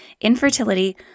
infertility